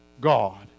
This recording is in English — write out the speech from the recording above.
God